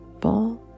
ball